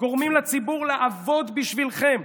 גורמים לציבור לעבוד בשבילכם,